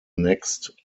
next